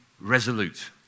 resolute